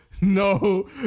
no